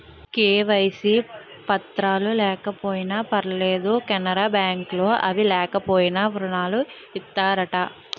KYC పత్రాలు లేకపోయినా పర్లేదు కెనరా బ్యాంక్ లో అవి లేకపోయినా ఋణం ఇత్తారట